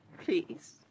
Please